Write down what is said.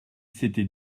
s’était